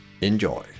Enjoy